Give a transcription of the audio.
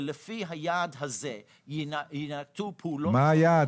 לפי היעד הזה יינקטו פעולות --- מהו היעד?